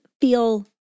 feel